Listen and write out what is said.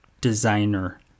Designer